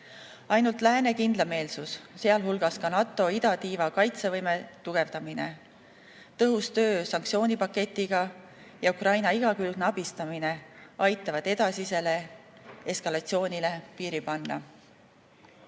Ainult lääne kindlameelsus, sealhulgas ka NATO idatiiva kaitsevõime tugevdamine, tõhus töö sanktsioonipaketiga ja Ukraina igakülgne abistamine aitavad edasisele eskalatsioonile piiri